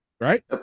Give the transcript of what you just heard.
right